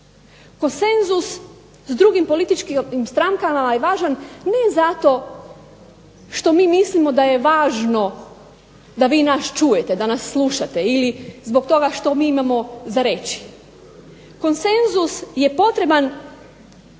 Konsenzus s drugim političkim strankama je važan ne zato što mi mislimo da je važno da vi nas čujete, da nas slušate ili zbog toga što mi imamo za reći. Konsenzus je potreban